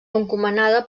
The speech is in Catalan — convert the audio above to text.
encomanada